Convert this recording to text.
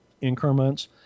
increments